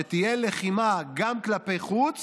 שתהיה לחימה גם כלפי חוץ